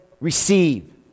receive